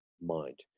mind